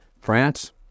France